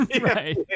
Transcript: Right